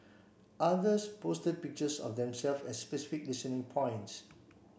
others posted pictures of themselves at specific listening points